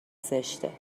زشته